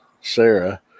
Sarah